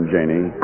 Janie